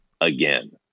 again